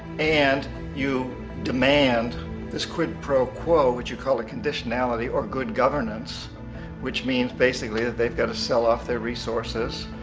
and you demand this quid pro quo what you call a conditionality or good governance which means basically that they got to sell off their resources,